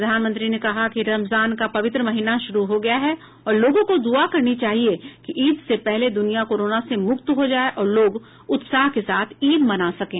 प्रधानमंत्री ने कहा कि रमजान का पवित्र महीना शुरू हो गया है और लोगों को द्रआ करनी चाहिए कि ईद से पहले दुनिया कोरोना से मुक्त हो जाये और लोग उत्साह के साथ ईद मना सकें